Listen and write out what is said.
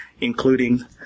including